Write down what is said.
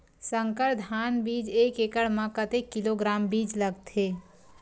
संकर धान बीज एक एकड़ म कतेक किलोग्राम बीज लगथे?